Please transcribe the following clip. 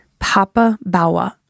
Papabawa